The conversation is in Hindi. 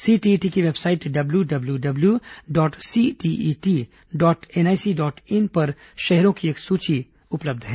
सीटीईटी की website W W W W dot CTET dot NIC dot in पर शहरों की एक सूची भी उपलब्ध है